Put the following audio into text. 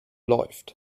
läuft